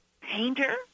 painter